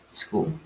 school